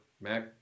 mac